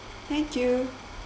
thank you